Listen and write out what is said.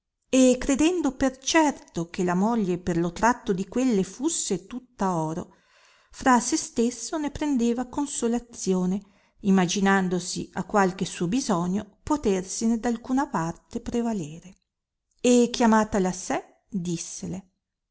e credendo per certo che la moglie per lo tratto di quelle fusse tutta oro fra se stesso ne prendeva consolazione imaginandosi a qualche suo bisogno potersene d'alcuna parte prevalere e chiamatala a sé dissele